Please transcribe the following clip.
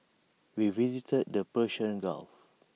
we visited the Persian gulf